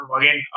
again